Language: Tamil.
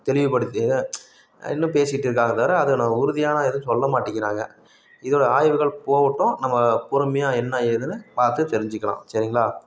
தெளிவுப்படுத்தி தான் இன்னும் பேசிகிட்டு இருக்காங்களே தவிர அதுக்கான உறுதியான எதுவும் சொல்ல மாட்டேங்கிறாங்க இதோடய ஆய்வுகள் போகட்டும் நம்ம பொறுமையாக என்ன ஏதுன்னு பார்த்து தெரிஞ்சுக்கலாம் சரிங்களா